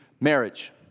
marriage